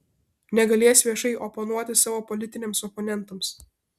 negalės viešai oponuoti savo politiniams oponentams